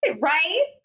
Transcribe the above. Right